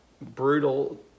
brutal